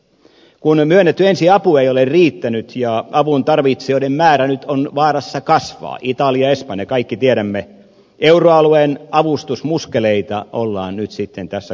kun myönnetty ensiapu ei ole riittänyt ja avuntarvitsijoiden määrä nyt on vaarassa kasvaa italia espanja kaikki tiedämme euroalueen avustusmuskeleita ollaan nyt sitten tässä kasvattamassa